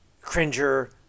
Cringer